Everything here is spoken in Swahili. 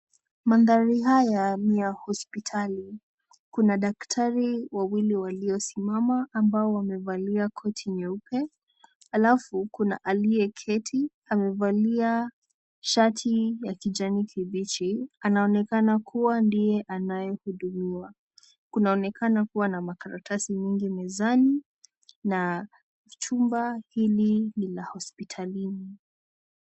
Mandhari haya ni ya hospitali ,kuna daktari wawili waliosimama ambao wamevalia koti nyeupe alafu kuna aliyeketi amevalia shati ya kijani kibichi anaonekana kuwa ndiye anayehudumuwa, kunaonekana kuwa na makaratasi nyingi mezani na chumba hili ni la hospitalini.